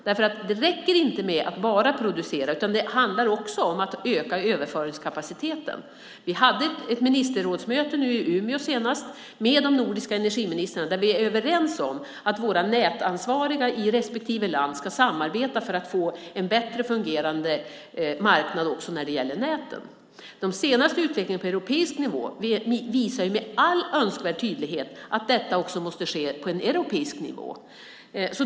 Det räcker nämligen inte med att bara producera, utan det handlar också om att öka överföringskapaciteten. Vi hade ett ministerrådsmöte i Umeå nu senast med de nordiska energiministrarna, där vi var överens om att våra nätansvariga i respektive land ska samarbeta för att vi ska få en bättre fungerande marknad också när det gäller näten. Den senaste utvecklingen på europeisk nivå visar ju med all önskvärd tydlighet att detta också måste ske på en europeisk nivå.